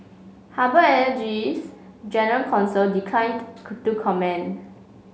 harbour energy's general counsel declined to comment